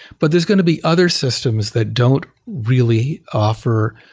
but there's going to be other systems that don't really offer,